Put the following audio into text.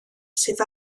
sydd